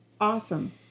awesome